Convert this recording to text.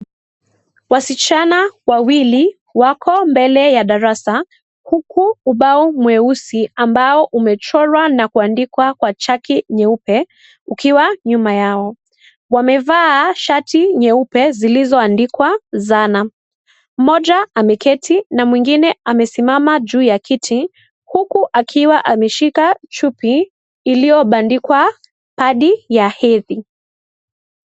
Wasichana, wawili, wako mbele ya darasa, huku ubao mweusi ambao umechorwa na kuandikwa kwa chaki nyeupe, ukiwa nyuma yao. Wamevaa shati nyeupe, silizoandikwa sana. Mmoja, ameketi na mwingine amesimama juu ya kiti, huku akiwa ameshika chupi, iliyobandikwa padi ya hedhi.